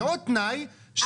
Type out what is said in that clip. ועוד תנאי,